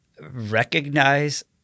Recognize